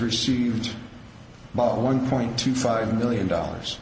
received by one point two five million dollars